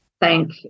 thank